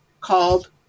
called